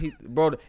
Bro